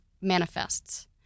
manifests